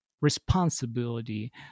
responsibility